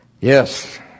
Yes